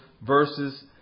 verses